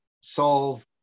solve